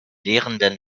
lehrenden